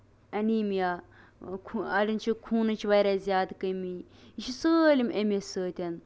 anaemia اَڈیَن چھِ خوٗنٕچ واریاہ زیادٕ کٔمۍ یہِ چھُ سٲلِم اَمہِ سۭتۍ